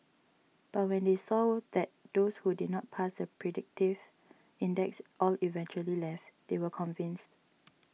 but when they saw that those who did not pass the predictive index all eventually left they were convinced